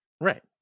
Right